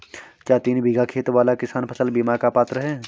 क्या तीन बीघा खेत वाला किसान फसल बीमा का पात्र हैं?